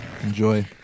Enjoy